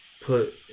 Put